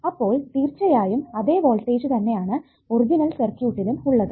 അപ്പോൾ തീർച്ചയായും അതെ വോൾടേജ് തന്നെ ആണ് ഒറിജിനൽ സർക്യൂട്ടിലും ഉള്ളത്